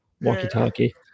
walkie-talkie